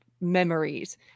memories